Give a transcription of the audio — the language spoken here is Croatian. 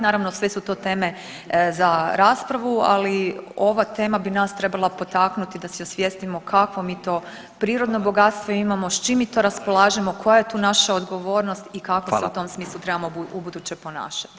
Naravno sve su to teme za raspravu, ali ova tema bi nas trebala potaknuti da si osvijestimo kakvo mi to prirodno bogatstvo imamo, s čim mi to raspolažemo, koja je tu naša odgovornost i [[Upadica Radin: Hvala.]] kako se u tom smislu trebamo u buduće ponašati.